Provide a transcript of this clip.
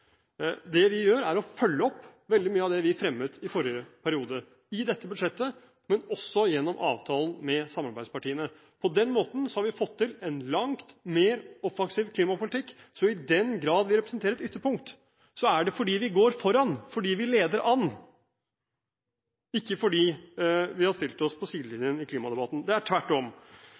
Det vi gjør, er å følge opp veldig mye av det vi fremmet i forrige periode – gjennom budsjettet, men også gjennom avtalen med samarbeidspartiene. På den måten har vi fått til en langt mer offensiv klimapolitikk. Så i den grad vi representerer et ytterpunkt, er det fordi vi går foran og leder an, ikke fordi vi har stilt oss på sidelinjen i klimadebatten. Det er tvert om.